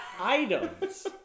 Items